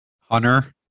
Hunter